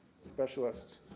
specialists